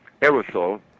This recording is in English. aerosol